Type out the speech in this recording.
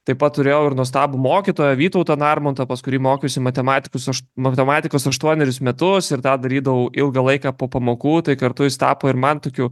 taip pat turėjau ir nuostabų mokytoją vytautą narmontą pas kurį mokiausi matematikos aš matematikos aštuonerius metus ir tą darydavau ilgą laiką po pamokų tai kartu jis tapo ir man tokiu